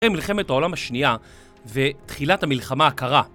מלחמת העולם השנייה ותחילת המלחמה הקרה